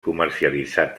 comercialitzat